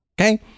Okay